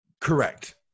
Correct